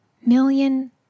million